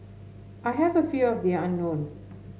I have a fear of the unknown